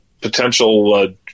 potential